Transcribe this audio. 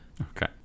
Okay